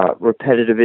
repetitive